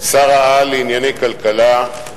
שר העל לענייני כלכלה,